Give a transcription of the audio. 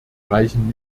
reichen